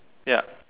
yup